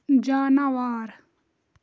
جاناوار